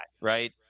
right